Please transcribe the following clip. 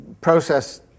process